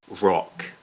rock